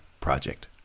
Project